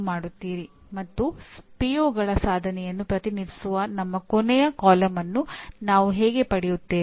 ಮಾನ್ಯತೆಗಾಗಿ ನೀವು ಎರಡನೇ ಬಾರಿಗೆ ಬಂದಾಗ ಅಂಕಗಳು ವಿಭಿನ್ನವಾಗಿವೆ ಆದರೆ ಅದನ್ನು ಇನ್ನೂ ನಿರ್ಧರಿಸಲಾಗಿಲ್ಲ